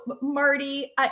Marty